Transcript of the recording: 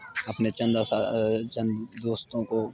اپنے چند چند دوستوں کو